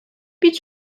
bir